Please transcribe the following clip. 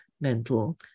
mental